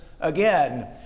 again